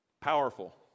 Powerful